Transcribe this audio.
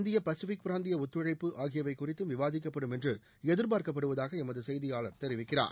இந்திய பசிபிக் பிராந்திய ஒத்துழைப்பு ஆகியவை குறித்தும் விவாதிக்கப்படும் என்று எதிர்பார்க்கப்படுவதாக எமது செய்தியாளர் தெரிவிக்கிறார்